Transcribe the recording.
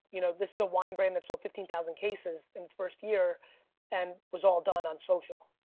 you know this is a wine brand that sold fifteen thousand cases in it's first year and was all done on social,